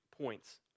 points